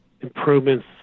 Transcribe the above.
improvements